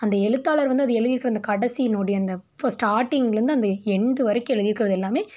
அந்த எழுத்தாளர் வந்து அதை எழுதியிருக்கிற அந்த கடைசி நொடி அந்த ஃபஸ்ட் ஸ்டாட்டிங்லருந்து அந்த எண்டு வரைக்கும் எழுதியிருக்கிறது எல்லாமே